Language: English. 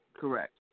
Correct